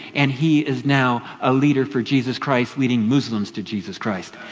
and he is now a leader for jesus christ, leading muslims to jesus christ.